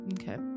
Okay